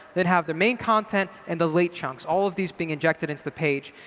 then have the main content and the late chunks. all of these being injected into the page.